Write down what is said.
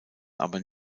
aber